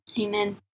Amen